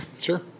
sure